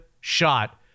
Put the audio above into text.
shot